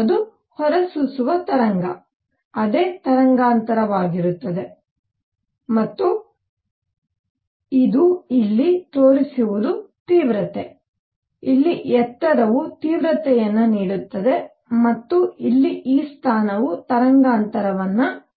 ಅದು ಹೊರಸೂಸುವ ತರಂಗ ಅದೇ ತರಂಗಾಂತರವಾಗಿರುತ್ತದೆ ಮತ್ತು ಇದು ಇಲ್ಲಿ ತೋರಿಸುವುದು ತೀವ್ರತೆ ಇಲ್ಲಿ ಎತ್ತರವು ತೀವ್ರತೆಯನ್ನು ನೀಡುತ್ತದೆ ಮತ್ತು ಇಲ್ಲಿ ಈ ಸ್ಥಾನವು ತರಂಗಾಂತರವನ್ನು ನೀಡುತ್ತದೆ